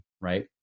right